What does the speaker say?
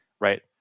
right